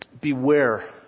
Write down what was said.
Beware